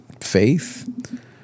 faith